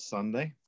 Sunday